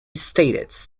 states